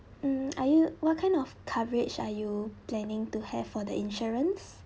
mm are you what kind of coverage are you planning to have for the insurance